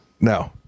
No